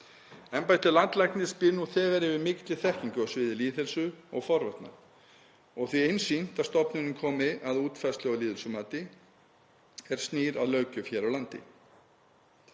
Embætti landlæknis býr nú þegar yfir mikilli þekkingu á sviði lýðheilsu og forvarna og því einsýnt að stofnunin komi að útfærslu á lýðheilsumati er snýr að löggjöf hér á landi.